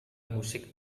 musik